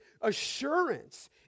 assurance